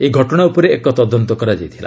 ଏହି ଘଟଣା ଉପରେ ଏକ ତଦନ୍ତ କରାଯାଇଥିଲା